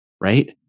right